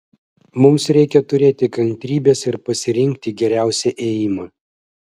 mums reikia turėti kantrybės ir pasirinkti geriausią ėjimą